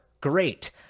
Great